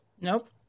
Nope